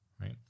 right